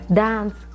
dance